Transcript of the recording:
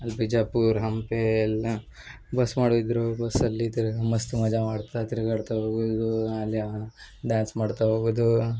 ಬಿಜಾಪುರ ಹಂಪಿ ಎಲ್ಲ ಬಸ್ ಮಾಡಿದರು ಬಸ್ಸಲ್ಲಿ ತಿರ್ಗ ಮಸ್ತ್ ಮಜಾ ಮಾಡ್ತಾ ತಿರ್ಗಾಡ್ತಾ ಹೋಗಿದ್ದು ಆಮೇಲೆ ಡ್ಯಾನ್ಸ್ ಮಾಡ್ತಾ ಹೋಗುದು